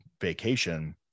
vacation